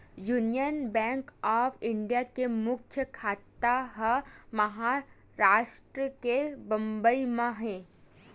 union bank of India के मुख्य साखा ह महारास्ट के बंबई म हे